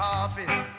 office